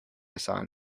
sign